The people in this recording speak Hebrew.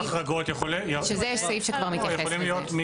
שזה סעיף שכבר מתייחס לזה.